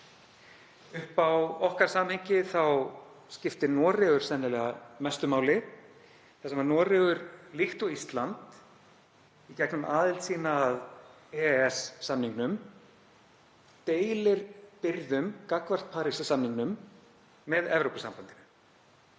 Upp á okkar samhengi skiptir Noregur sennilega mestu máli þar sem Noregur, líkt og Ísland í gegnum aðild sína að EES-samningnum, deilir byrðum gagnvart Parísarsamningnum með Evrópusambandinu.